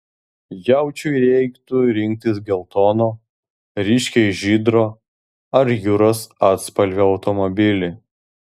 jaučiui reiktų rinktis geltono ryškiai žydro ar jūros atspalvio automobilį